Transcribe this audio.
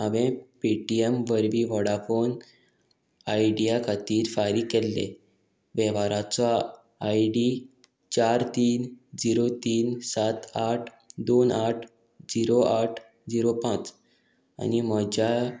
हांवें पेटीएम वरवीं Vodafone Idea खातीर फारीक केल्ले वेव्हाराचो आय डी चार तीन झिरो तीन सात आठ दोन आठ झिरो आठ झिरो पांच आनी म्हज्या